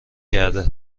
کرده